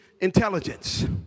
intelligence